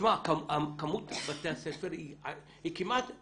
כמות בתי הספר היא כמעט,